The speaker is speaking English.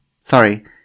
sorry